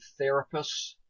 therapists